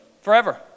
forever